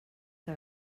que